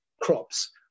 crops